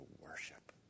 worship